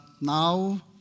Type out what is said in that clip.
now